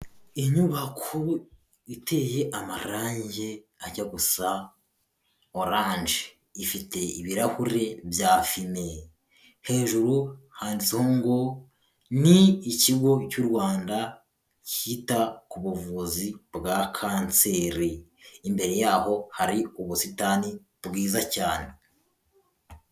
Inyubako iteye amarangi ajya gusa oranje ifite ibirahure byafime hejuru handitseho ngo ni ikigo cy'u Rwanda cyita ku buvuzi bwa kanseri. Imbere yaho hari ubusitani bwiza cyane.